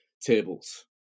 tables